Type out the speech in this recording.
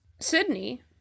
Sydney